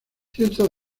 cientos